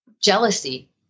Jealousy